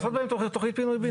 ולעשות בהם תכנית פינוי בינוי.